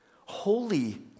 Holy